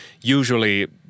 usually